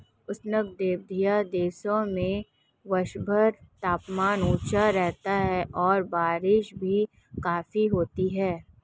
उष्णकटिबंधीय देशों में वर्षभर तापमान ऊंचा रहता है और बारिश भी काफी होती है